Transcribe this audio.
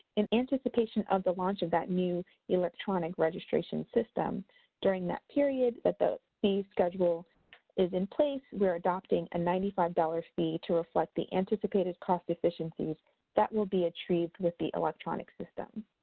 in anticipation of the launch of that new electronic registration system during that period that the fee schedule is in place, we are adopting a ninety five dollars fee to reflect the anticipated cost efficiencies that will be achieved with the electronic system.